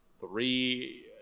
three